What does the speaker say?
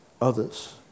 others